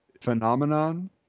Phenomenon